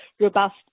robust